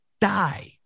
die